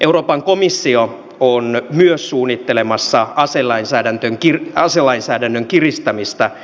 euroopan komissio on myös suunnittelemassa aselainsäädännön kiristämistä